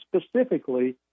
specifically